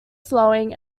flowing